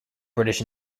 british